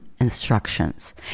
instructions